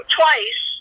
twice